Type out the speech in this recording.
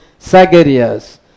Sagarias